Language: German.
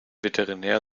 veterinär